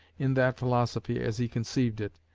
in that philosophy as he conceived it,